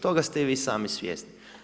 Toga ste i vi sami svjesni.